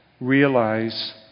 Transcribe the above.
realize